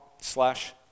slash